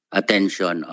attention